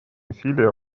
усилия